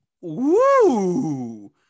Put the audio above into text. Woo